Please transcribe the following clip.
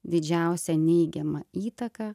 didžiausią neigiamą įtaką